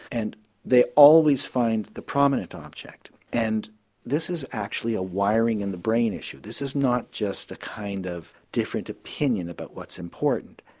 and they always find the prominent object and this is actually a wiring in the brain issue, this is not just a kind of different opinion about what's important.